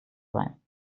sein